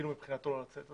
זה